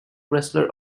wrestler